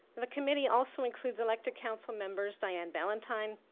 the committee also includes elected council members diane ballantyne,